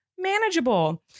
Manageable